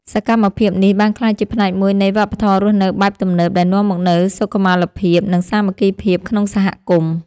សកម្មភាពនេះបានក្លាយជាផ្នែកមួយនៃវប្បធម៌រស់នៅបែបទំនើបដែលនាំមកនូវសុខុមាលភាព និងសាមគ្គីភាពក្នុងសហគមន៍។